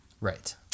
Right